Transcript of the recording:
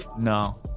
No